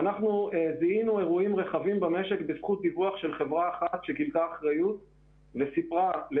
זיהינו אירועים רחבים במשק בזכות חברה אחת שגילתה אחריות ודיווחה לנו.